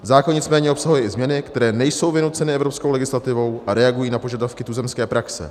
Zákon nicméně obsahuje i změny, které nejsou vynuceny evropskou legislativou a reagují na požadavky tuzemské praxe.